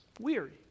weary